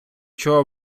чого